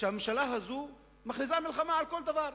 שהממשלה הזאת מכריזה מלחמה על כל דבר.